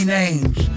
names